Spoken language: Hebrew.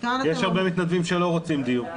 יש הרבה מתנדבים שלא רוצים דיור,